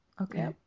Okay